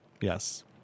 Yes